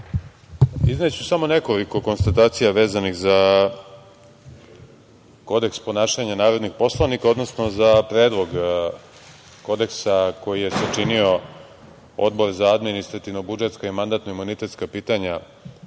samo nekoliko konstatacija vezanih za Kodeks ponašanja narodnih poslanika, odnosno za Predlog Kodeksa koji je sačinio Odbor za administrativno-budžetska i mandatno-imunitetska pitanja